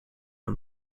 een